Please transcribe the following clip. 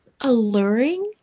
Alluring